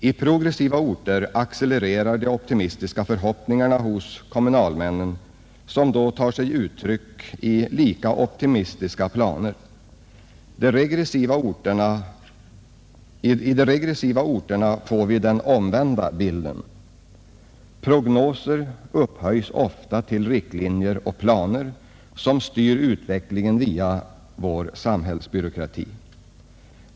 I progressiva orter accelererar de optimistiska förhoppningarna hos kommunalmännen, och det tar sig uttryck i lika optimistiska planer. I de regressiva orterna får man den omvända bilden. Prognoser upphöjs ofta till riktlinjer och planer, som styr utvecklingen via vår samhällsbyråkrati.